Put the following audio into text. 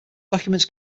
documents